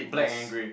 is